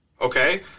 okay